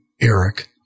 Eric